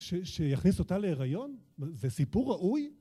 שיכניס אותה להיריון? זה סיפור ראוי?